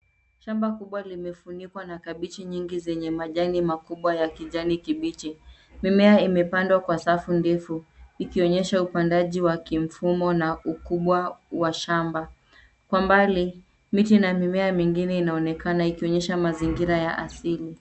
Shamba kubwa limefunikwa na kabichi nyingi zenye majani makubwa ya kijani kibichi ,mimea imepandwa kwa safu ndefu ikionyesha upandaji wa kimfumo na ukubwa wa shamba, kwa mbali miti na mimea mingine inaonekana ikionyesha mazingira ya asili.